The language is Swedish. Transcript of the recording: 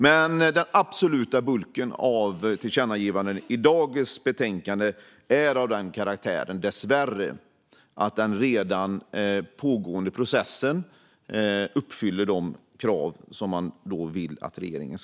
Men den absoluta bulken av förslag på tillkännagivanden i dagens betänkande är dessvärre av den karaktären att den redan pågående processen uppfyller de krav man vill ställa på regeringen.